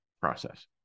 process